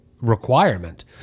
requirement